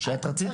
שאת רצית,